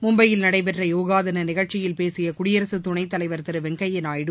மும்பையில் நடைபெற்ற யோகா தின நிகழ்ச்சியில் பேசிய குடியரகத் துணைத் தலைவர் திரு வெங்கையா நாயுடு